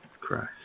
Christ